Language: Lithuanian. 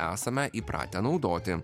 esame įpratę naudoti